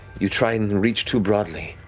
you try and reach too broadly.